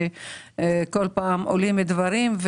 כשכל פעם עולים דברים,